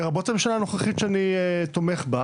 לרבות הממשלה הנוכחית שאני תומך בה